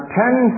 ten